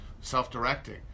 self-directing